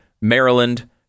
maryland